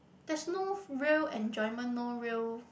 there's no real enjoyment no real